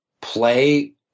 play